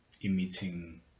emitting